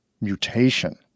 Mutation